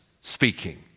speaking